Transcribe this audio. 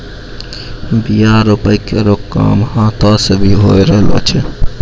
बीया रोपै केरो काम हाथ सें भी होय रहलो छै